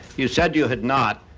you said you had not.